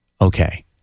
Okay